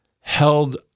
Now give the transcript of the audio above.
held